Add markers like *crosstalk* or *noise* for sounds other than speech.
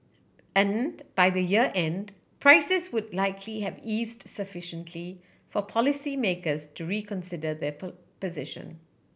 and by the year end prices would likely have eased sufficiently for policymakers to reconsider their *unintelligible* position